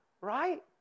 right